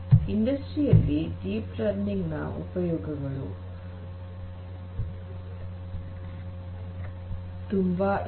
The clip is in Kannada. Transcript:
ಇಂಡಸ್ಟ್ರಿಗಳಲ್ಲಿ ಡೀಪ್ ಲರ್ನಿಂಗ್ ನ ಉಪಯೋಗಗಳು ತುಂಬಾ ಇವೆ